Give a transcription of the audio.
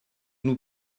nous